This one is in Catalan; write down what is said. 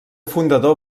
fundador